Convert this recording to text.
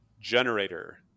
Generator